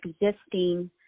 existing